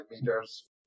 meters